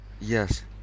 Yes